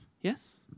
Yes